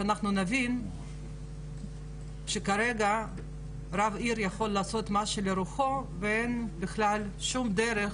שאנחנו נבין שכרגע רב עיר יכול לעשות כעולה על רוחו ואין בכלל שום דרך